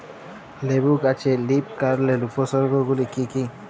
লেবু গাছে লীফকার্লের উপসর্গ গুলি কি কী?